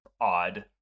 odd